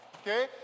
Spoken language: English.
okay